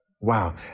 Wow